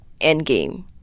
Endgame